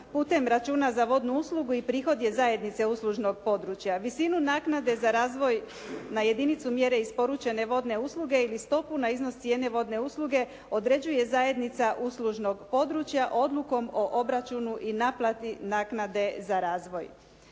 putem računa za vodnu uslugu i prihod je zajednice uslužnog područja. Visinu naknade za razvoj na jedinicu mjere isporučene vodne usluge i stopu na iznos cijene vodne usluge određuje zajednica uslužnog područja odlukom o obračunu i naplati naknade za razvoj.